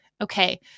okay